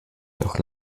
doch